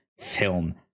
film